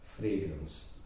Fragrance